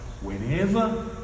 Whenever